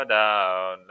down